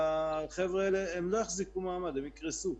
החבר'ה האלה לא יחזיקו מעמד, הם יקרסו.